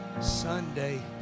Sunday